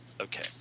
Okay